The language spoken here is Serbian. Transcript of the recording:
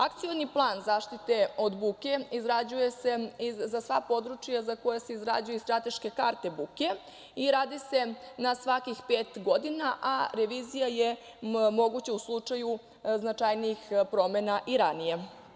Akcioni plan zaštite od buke izrađuje se za sva područja za koja se izrađuju i strateške karte buke i radi se na svakih pet godina, a revizija je moguća u slučaju značajnijih promena i ranije.